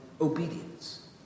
obedience